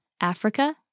Africa